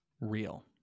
real